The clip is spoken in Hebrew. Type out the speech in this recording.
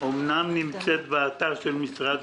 למה הוא נועד אם יש לי מרשם?